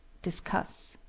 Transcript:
discuss.